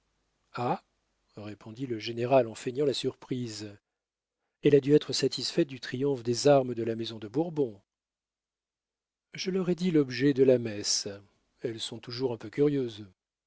ah répondit le général en feignant la surprise elle a dû être satisfaite du triomphe des armes de la maison de bourbon je leur ai dit l'objet de la messe elles sont toujours un peu curieuses